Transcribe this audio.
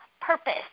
purpose